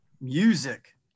Music